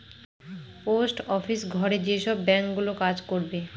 post office ঘরে যেসব bank গুলো কাজ করবে